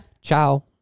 Ciao